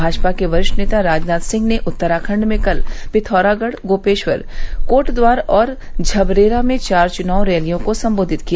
भाजपा के वरिष्ठ नेता राजनाथ सिंह ने उत्तराखंड में कल पिथौरागढ़ गोपेश्वर कोटद्वार और झबरेरा में चार चुनाव रैलियों को सम्बोधित किया